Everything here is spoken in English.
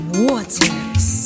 waters